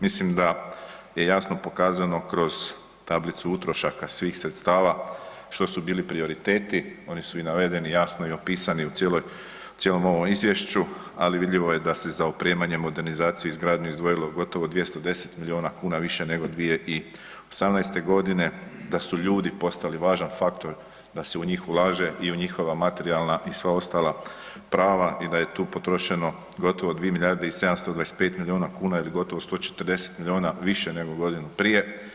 Mislim da je jasno pokazano kroz tablicu utrošaka svih sredstava što su bili prioriteti, oni su i navedeni i jasno opisani u cijelom ovom Izvješću, ali vidljivo je da se za opremanje, modernizaciju i izgradnju izdvojilo gotovo 210 milijuna kuna više nego 2018. g., da su ljudi postali važan faktor da se u njih ulaže i u njihova materijalna i sva ostala prava i da je tu potrošeno gotovo 2 milijarde i 725 milijuna kuna ili gotovo 140 milijuna više nego godinu prije.